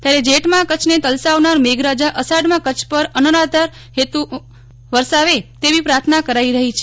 ત્યારે જેઠમાં કચ્છને તલસાવનાર મેઘરાજા અષાઢમાં કચ્છ પર અનરાધાર હેત વરસાવે તેવી પ્રાર્થના કરાઇ રહ્હી છે